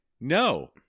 no